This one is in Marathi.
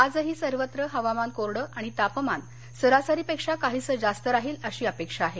आजही सर्वत्र हवामान कोरडं आणि तापमान सरासरीपेक्षा काहीसं जास्त राहील अशी अपेक्षा आहे